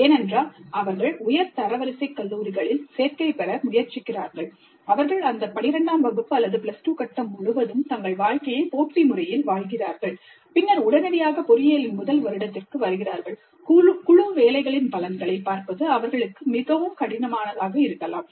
ஏனென்றால் அவர்கள் உயர் தரவரிசை கல்லூரிகளில் சேர்க்கை பெற முயற்சிக்கிறார்கள் அவர்கள் அந்த 12 ஆம் வகுப்பு பிளஸ் டூ கட்டம் முழுவதும் தங்கள் வாழ்க்கையை போட்டி முறையில் வாழ்கிறார்கள் பின்னர் உடனடியாக பொறியியலின் முதல் வருடத்திற்கு வருகிறார்கள் குழு வேலைகளின் பலன்களைப் பார்ப்பது அவர்களுக்கு மிகவும் கடினமாக இருக்கலாம்